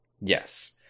Yes